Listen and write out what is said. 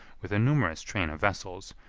with a numerous train of vessels,